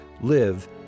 live